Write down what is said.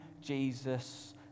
Jesus